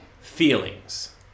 feelings